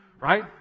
Right